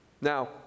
Now